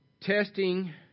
testing